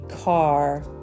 car